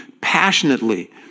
passionately